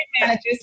managers